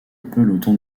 peloton